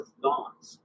thoughts